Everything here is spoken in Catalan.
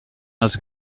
els